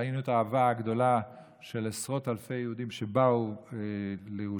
ראינו את האהבה הגדולה של עשרות אלפי יהודים שבאו לירושלים.